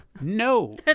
no